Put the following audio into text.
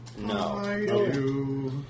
No